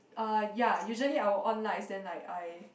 uh ya usually I will on lights then like I